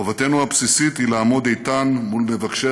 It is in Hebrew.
חובתנו הבסיסית היא לעמוד איתן מול מבקשי